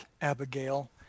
Abigail